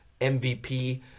MVP